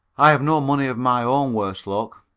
i have no money of my own worse luck!